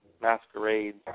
masquerades